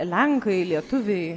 lenkai lietuviai